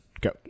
go